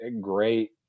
great